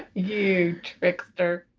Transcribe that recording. you trickster